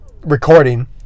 recording